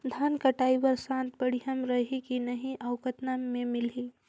धान कटाई बर साथ बढ़िया रही की नहीं अउ कतना मे मिलही?